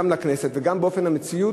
גם לכנסת וגם לציבור,